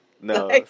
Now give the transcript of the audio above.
no